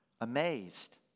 amazed